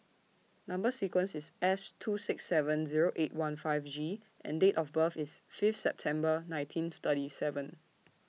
Number sequence IS S two six seven Zero eight one five G and Date of birth IS Fifth December nineteen thirty seven